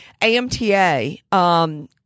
AMTA